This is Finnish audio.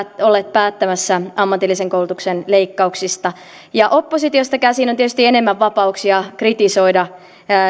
olleet päättämässä ammatillisen koulutuksen leikkauksista oppositiosta käsin on tietysti enemmän vapauksia kritisoida